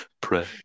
pray